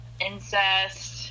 incest